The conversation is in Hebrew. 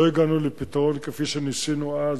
לא הגענו לפתרון, כפי שניסינו אז,